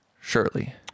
Surely